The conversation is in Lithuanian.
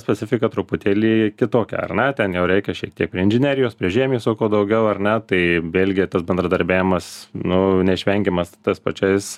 specifika truputėlį kitokia ar ne ten jau reikia šiek tiek prie inžinerijos prie žemės ūkio daugiau ar ne tai vėlgi tas bendradarbiavimas nu neišvengiamas su tais pačiais